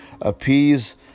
appease